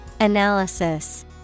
Analysis